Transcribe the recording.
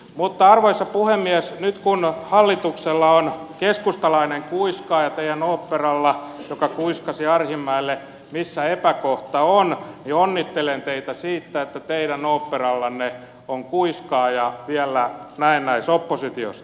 mutta arvoisa puhemies nyt kun hallituksella on keskustalainen kuiskaaja teidän oopperalla joka kuiskasi arhinmäelle missä epäkohta on niin onnittelen teitä siitä että teidän oopperallanne on kuiskaaja vielä näennäisoppositiosta